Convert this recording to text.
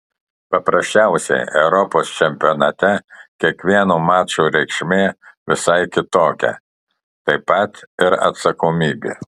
paprasčiausiai europos čempionate kiekvieno mačo reikšmė visai kitokia taip pat ir atsakomybė